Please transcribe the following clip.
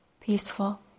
peaceful